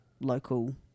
local